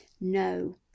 no